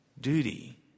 duty